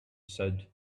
said